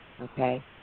Okay